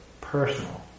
personal